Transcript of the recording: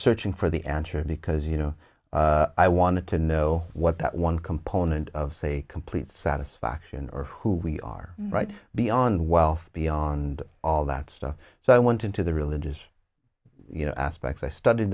searching for the answer because you know i wanted to know what that one component of a complete satisfaction or who we are right beyond wealth beyond all that stuff so i went into the religious you know aspects i studied